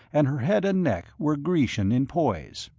and her head and neck were grecian in poise.